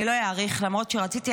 לא אאריך למרות שרציתי.